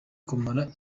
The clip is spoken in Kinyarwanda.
kumara